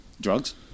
Drugs